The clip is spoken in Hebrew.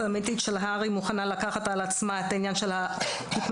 של הר"י מוכנה לקחת על עצמה את העניין של ההתמחויות,